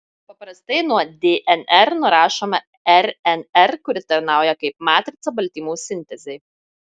paprastai nuo dnr nurašoma rnr kuri tarnauja kaip matrica baltymų sintezei